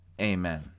Amen